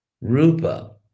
rupa